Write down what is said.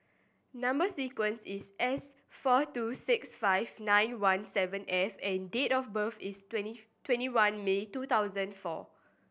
number sequence is S four two six five nine one seven F and date of birth is twentieth twenty one May two thousand and four